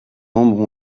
membres